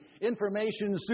information